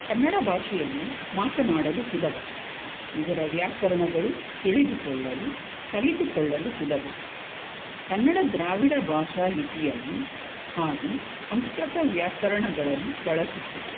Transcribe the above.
ಕನ್ನಡ ಭಾಷೆಯನ್ನು ಮಾತನಾಡಲು ಸುಲಭ ಇದರ ವ್ಯಾಕರಣಗಳು ತಿಳಿದುಕೊಳ್ಳಲು ಕಲಿತುಕೊಳ್ಳಲು ಸುಲಭ ಕನ್ನಡ ದ್ರಾವಿಡ ಭಾಷಾ ಲಿಪಿಯನ್ನು ಹಾಗೂ ಸಂಸ್ಕೃತ ವ್ಯಾಕರಣಗಳನ್ನು ಬಳಸುತ್ತದೆ